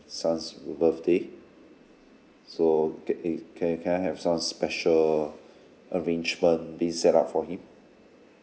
son's birthday so can it can can I have some special arrangement being set up for him